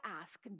ask